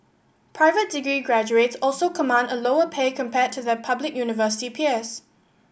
private degree graduates also command a lower pay compared to their public university peers